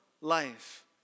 life